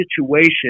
situation